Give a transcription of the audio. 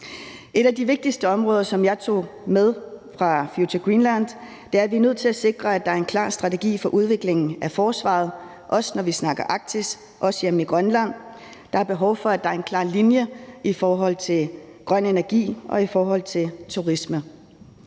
En af de vigtigste ting, som jeg tog med fra Future Greenland, er, at vi er nødt til at sikre, at der er en klar strategi for udviklingen af forsvaret, også når vi snakker Arktis, også hjemme i Grønland. Der er behov for, at der er en klar linje i forhold til grøn energi og i forhold til turisme.